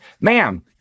ma'am